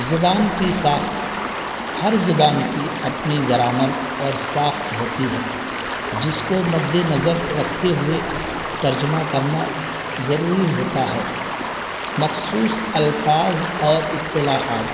زبان کی ساخت ہر زبان کی اپنی گرامر اور ساخت ہوتی ہے جس کو مدنظر رکھتے ہوئے ترجمہ کرنا ضروری ہوتا ہے مخصوص الفاظ اور اصطلاحات